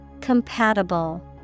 Compatible